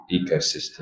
ecosystem